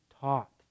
taught